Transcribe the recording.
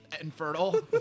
infertile